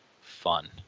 fun